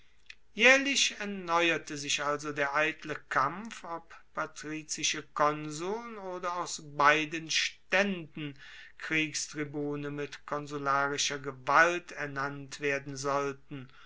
jaehrlich erneuerte sich also der eitle kampf ob patrizische konsuln oder aus beiden staenden kriegstribune mit konsularischer gewalt ernannt werden sollten